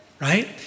right